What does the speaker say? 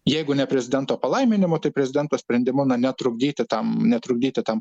jeigu ne prezidento palaiminimu tai prezidento sprendimu na netrukdyti tam netrukdyti tam